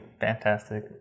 fantastic